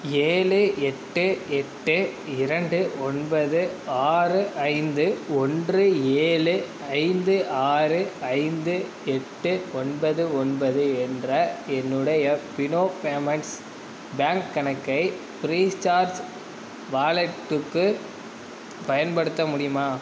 ஏழு எட்டு எட்டு இரண்டு ஒன்பது ஆறு ஐந்து ஒன்று ஏழு ஐந்து ஆறு ஐந்து எட்டு ஒன்பது ஒன்பது என்ற என்னுடைய ஃபினோ பேமென்ட்ஸ் பேங்க் கணக்கை ஃப்ரீசார்ஜ் வாலெட்டுக்கு பயன்படுத்த முடியுமா